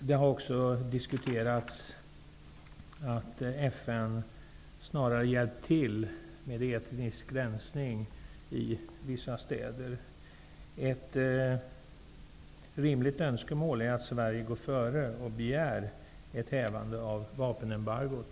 Det har också diskuterats att FN snarare hjälpt till med etnisk rensning i vissa städer. Ett rimligt önskemål är att Sverige går före och begär ett hävande av vapenembargot.